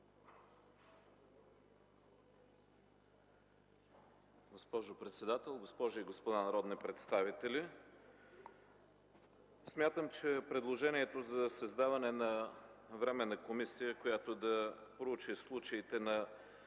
Госпожо председател, госпожи и господа народни представители! Смятам, че предложението за създаване на временна комисия, която да проучи случаите на